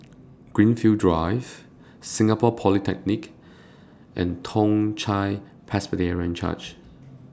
Greenfield Drive Singapore Polytechnic and Toong Chai Presbyterian Church